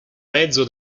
mezzo